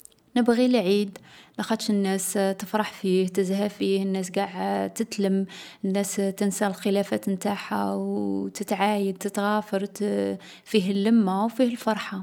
نبغي العيد لاخاطش الناس تفرح فيه ، تزهى فيه و قاع تـ تتلم. الناس تنسى الخلافات نتاعها و تتعايد، تتغافر، تـ فيه اللمة و فيه الفرحة.